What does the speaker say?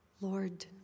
Lord